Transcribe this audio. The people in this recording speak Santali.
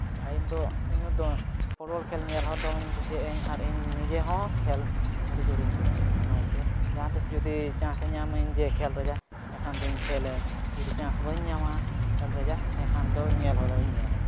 ᱟᱨ ᱤᱧ ᱫᱚ ᱤᱧᱫᱚ ᱯᱷᱩᱴᱵᱚᱞ ᱠᱷᱮᱞ ᱧᱮᱞ ᱦᱚᱸ ᱫᱚᱢᱮᱧ ᱠᱩᱥᱤᱭᱟᱜ ᱟᱹᱧ ᱟᱨ ᱤᱧ ᱱᱤᱡᱮ ᱦᱚᱸ ᱠᱷᱮᱞ ᱟᱹᱰᱤ ᱡᱳᱨᱤᱧ ᱠᱩᱥᱤᱭᱟᱜ ᱟᱹᱧ ᱚᱱᱟ ᱪᱤᱠᱟᱹ ᱡᱟᱦᱟᱸᱛᱤᱥ ᱡᱩᱫᱤ ᱪᱟᱱᱥ ᱤᱧ ᱧᱟᱢᱟᱹᱧ ᱡᱮ ᱠᱷᱮᱞ ᱨᱮᱭᱟᱜ ᱮᱱᱠᱷᱟᱱ ᱫᱚᱧ ᱠᱷᱮᱞᱟᱹᱧ ᱡᱩᱫᱤ ᱪᱟᱱᱥ ᱵᱟᱹᱧ ᱧᱟᱢᱟ ᱠᱷᱮᱞ ᱨᱮᱭᱟᱜ ᱮᱱᱮᱠᱷᱟᱱ ᱫᱚ ᱧᱮᱞ ᱦᱚᱞᱳᱧ ᱧᱮᱞᱟᱹᱧ